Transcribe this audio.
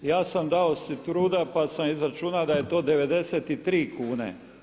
Ja sam dao si truda pa sam izračunao da je to 93 kn.